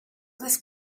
this